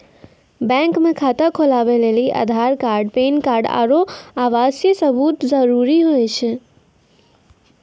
bank मे खाता खोलबै लेली आधार कार्ड पैन कार्ड आरू आवासीय सबूत जरुरी हुवै छै